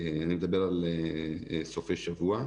אני מדבר על סופי שבוע.